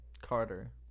Carter